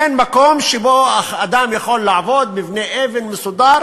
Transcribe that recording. אין מקום שבו אדם יכול לעמוד, מבנה אבן מסודר